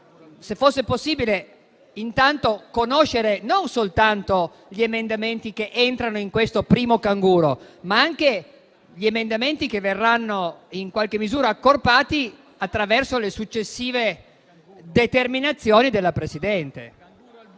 le chiederemmo, intanto, di conoscere non soltanto gli emendamenti che rientrano in questo primo canguro, ma anche gli emendamenti che verranno in qualche misura accorpati attraverso le successive determinazioni della Presidente.